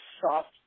soft